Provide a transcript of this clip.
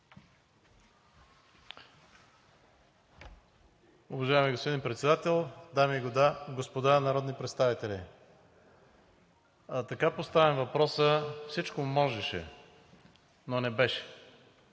Уважаеми господин Председател, дами и господа народни представители! Така поставен въпросът – всичко можеше, но не беше!